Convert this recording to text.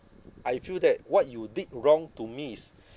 I feel that what you did wrong to me is